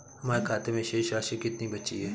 हमारे खाते में शेष राशि कितनी बची है?